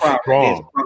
strong